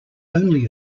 only